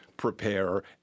prepare